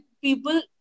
people